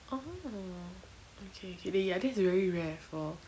oh ookay K ya I think it's a very rare for